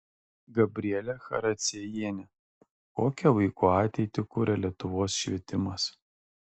gabrielė characiejienė kokią vaikų ateitį kuria lietuvos švietimas